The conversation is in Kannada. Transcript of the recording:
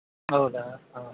ಹೌದಾ ಹಾಂ